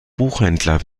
buchhändler